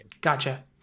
gotcha